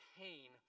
pain